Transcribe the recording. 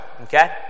Okay